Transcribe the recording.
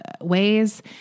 ways